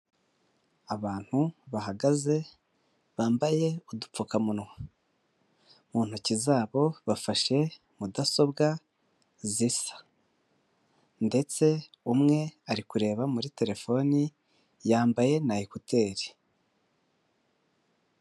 Abantu bahagaze bambaye udupfukamunwa mu ntoki zabo bafashe mudasobwa zisa ndetse umwe ari kureba muri terefone yambaye na ekuteri.